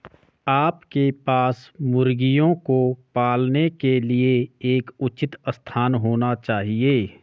आपके पास मुर्गियों को पालने के लिए एक उचित स्थान होना चाहिए